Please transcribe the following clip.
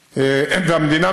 לגיטימי,